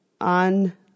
on